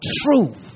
truth